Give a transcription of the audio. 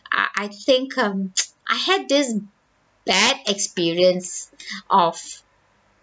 uh I think um I had this bad experience of